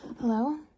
hello